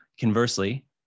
Conversely